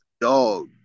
dog